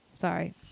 Sorry